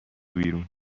بیرون